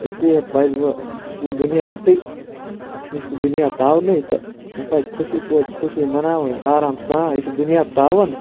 اِسلیے پَزِ وۄنۍ یہِ چھُ وۄنۍ دُنیا یِتھے یہِ چھُ دُنیا تاونٕے تہٕ وۄنۍ پَزِ خوشی توتہِ خُوشی مَناوٕنۍ آرام سان یہِ چھُ دُنیا تاون